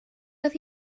oedd